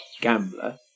gambler